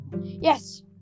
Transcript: Yes